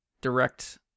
direct